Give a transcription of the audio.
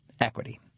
equity